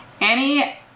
Annie